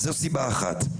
זאת סיבה אחת.